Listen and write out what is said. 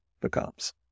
becomes